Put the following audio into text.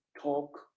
talk